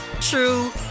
true